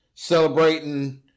celebrating